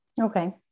Okay